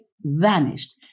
vanished